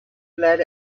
played